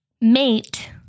mate